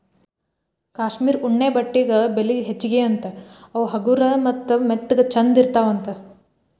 cashmere ಉಣ್ಣೆ ಬಟ್ಟೆಗೆ ಬೆಲಿ ಹೆಚಗಿ ಅಂತಾ ಅವ ಹಗರ ಮತ್ತ ಮೆತ್ತಗ ಚಂದ ಇರತಾವಂತ